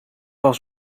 was